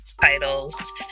titles